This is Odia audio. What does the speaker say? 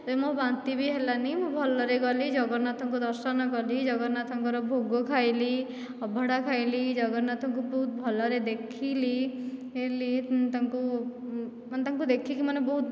ଯେ ମୋ ବାନ୍ତି ବି ହେଲାନି ମୁଁ ଭଲରେ ଗଲି ଜଗନ୍ନାଥଙ୍କୁ ଦର୍ଶନ କଲି ଜଗନ୍ନାଥଙ୍କର ଭୋଗ ଖାଇଲି ଅଭଡ଼ା ଖାଇଲି ଜଗନ୍ନାଥଙ୍କୁ ବହୁତ୍ ଭଲରେ ଦେଖିଲି ମୁଁ ତାଙ୍କୁ ଦେଖିକି ମାନେ ବହୁତ୍